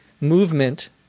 movement